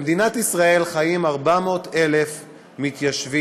במדינת ישראל חיים 400,000 מתיישבים,